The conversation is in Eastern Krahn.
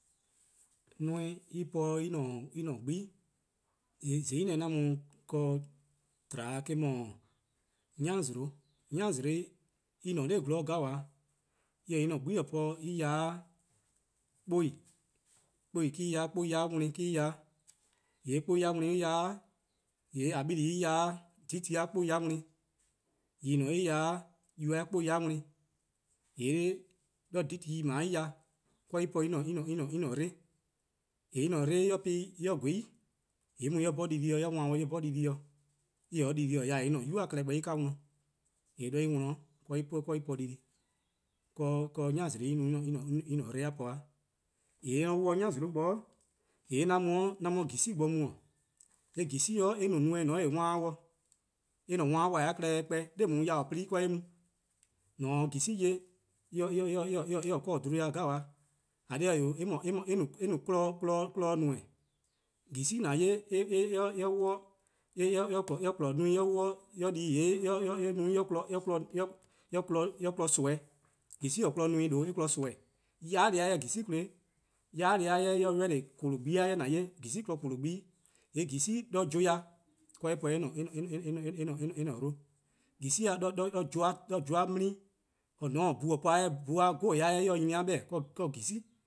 Neme en po en-a' 'gbu+. :zai' :nrh 'an mu-a ken-dih tba eh-: 'dhu, 'yalih-eh'. 'Yalih en :ne nor :gwloror 'gabaa:. :mor en :taa en-a' 'gbu+-a po en ya 'de 'kpou:+, 'kpou:+ me-: en ya 'de 'kpou:+-a wlon+ me-: en ya 'de. :yee' 'kpou:+-a wlon+ an ya-a 'de, 'dheh tu+-a 'kpou:+ wlon+, :yeh :en 'o eh ya 'de yuh-a 'kpou:+-a wlon+, :yee' 'de 'dheh+ tu+ :dao' ya, 'de en po-dih en-a' 'dlo+, :yee' :mor en po en-' 'dle+ en :gweh 'i, :yee' en mu en 'bhorn dii-deh+ dih en wan bo-dih en 'bhorn dii-deh+ dih, :mor en :ta 'de dii-deh+-a :yee' en-a' 'nynuu:-a klehkpeh en ka worn, :yee' 'de en 'worn 'de en po dii-deh+. :kaa 'yalih'-a no en-' 'dle-a po-a. :yee' :mor 'on 'wluh 'de 'yaih bo :yee' 'an mu 'de :jili' bo mu. :yee' :jili' no neme: :eh 'wan-dih, eh dih 'wan-a klehkpeh 'de yau plu+ 'de eh mu, on :se-' :jili 'ye 'i eh se-' 'bluhba-dih :koan-dih, :eh :korn dhih-eh, eh no kpon neme: :jili' :an 'ye-a eh no kpon :neme:, :jili' :an 'ye-a :mor eh kpon neme+ eh 'wluh 'o eh di-ih :yee' eh mu eh kpon nimi, :jili'-a kpon neme :due' eh kpon nimi, yai' deh-a 'jeh 'jili'-a kpon, yai'-deh+-a 'jeh :mor eh ready, :korlor:-gba+-a 'jeh :an 'ye-a :jili'-a kpon :korlor:+-gba+ 'weh. :yee' :jili' 'de juh ya 'de eh po-dih eh-a' 'dle, :jili' 'de juh-a 'mla+ 'de eh po-dih eh-a: 'dle, bhu-a 'gormu: 'yor-eh-a 'jeh eh se-a nyni-a 'beh-dih: 'de :jili'